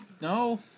No